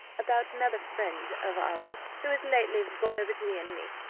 about another friend of ours, who has lately gone over to the enemy.